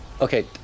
Okay